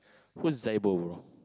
who's Zaibo bro